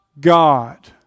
God